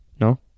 No